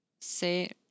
se